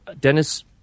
Dennis